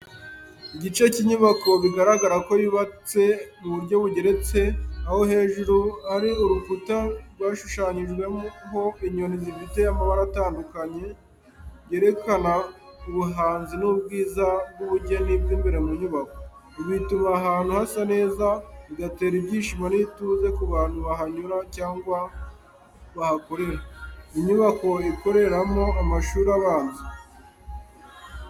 Igice cy'inyubako bigaragara ko yubatse mu buryo bugeretse, aho hejuru hari urukuta rwashushanyijweho inyoni zifite amabara atandukanye, byerekana ubuhanzi n’ubwiza bw'ubugeni bw’imbere mu nyubako. Ibi bituma ahantu hasa neza, bigatera ibyishimo n’ituze ku bantu bahanyura cyangwa bahakorera. Ni inyubako ikoreramo amashuri abanza.